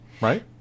Right